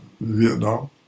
vietnam